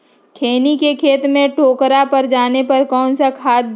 खैनी के खेत में ठोकरा पर जाने पर कौन सा खाद दी?